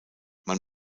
man